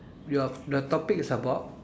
ya the topic is about